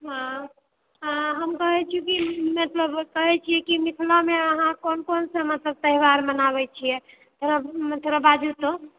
हँ हँ हम कहैत छी कि मतलब कहैत छी कि मिथिलामे अहाँ कोन कोन अहाँ सभ त्यौहार मनाबए छिऐ जरा मतलब थोड़ा बाजू तऽ